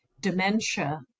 dementia